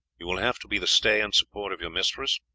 you will have to be the stay and support of your mistress,